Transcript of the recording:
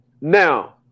Now